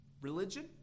Religion